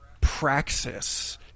praxis